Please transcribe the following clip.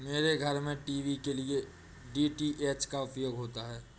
मेरे घर में टीवी के लिए डी.टी.एच का प्रयोग होता है